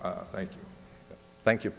o thank you